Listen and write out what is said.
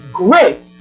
great